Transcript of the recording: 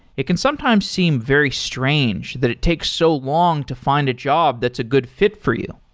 it can sometimes seem very strange that it takes so long to fi nd a job that's a good fi for you.